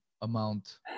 amount